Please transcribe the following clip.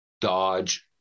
Dodge